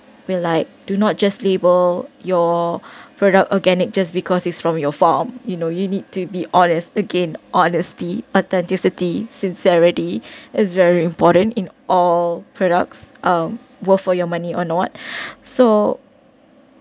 will like do not just label your product organic just because it's from your farm you know you need to be honest again honesty authenticity sincerity is very important in all products um worth for your money or not so